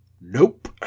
nope